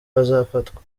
bazafatwa